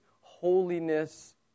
holiness